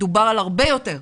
מדובר על הרבה יותר,